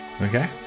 Okay